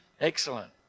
Excellent